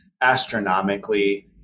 astronomically